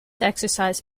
exercise